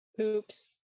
Oops